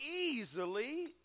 easily